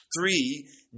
three